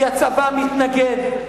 כי הצבא מתנגד,